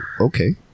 Okay